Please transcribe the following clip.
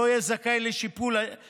לא יהיה זכאי לשיפוי